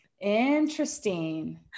Interesting